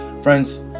friends